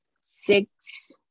six